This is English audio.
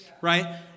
right